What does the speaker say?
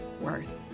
worth